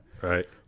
Right